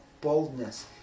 boldness